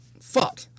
Fuck